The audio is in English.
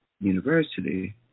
university